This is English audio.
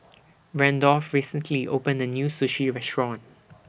Randolph recently opened A New Sushi Restaurant